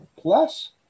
Plus